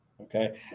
Okay